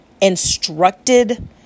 instructed